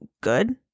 good